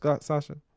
Sasha